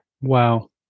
Wow